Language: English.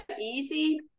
easy